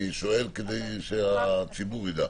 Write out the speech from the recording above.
אני שואל כדי שהציבור יידע.